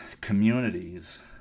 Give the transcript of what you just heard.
communities